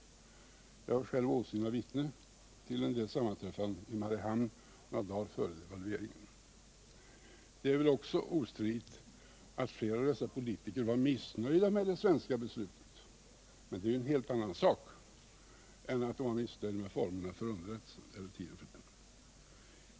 Jag var själv åsyna vittne till en del sammanträffanden i Mariehamn före devalveringen. Det är väl också ostridigt att flera av dessa politiker var missnöjda med det svenska beslutet, men det är ju en helt annan sak än att vara missnöjd med formerna för underrättelsen om eller tiden för denna.